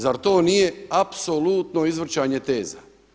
Zar to nije apsolutno izvrtanje teza?